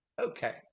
okay